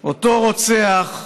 אותו רוצח,